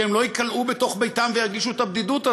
שהם לא ייכלאו בתוך בתיהם וירגישו את הבדידות הזאת.